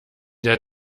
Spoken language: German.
der